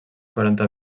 quaranta